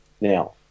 Now